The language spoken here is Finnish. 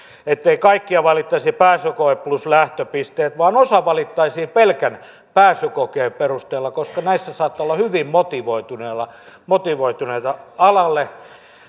ettei kaikkia valittaisi pääsykoe plus lähtöpisteet perusteella vaan osa valittaisiin pelkän pääsykokeen perusteella koska näissä saattaa olla hyvin motivoituneita motivoituneita alalle